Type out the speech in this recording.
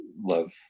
love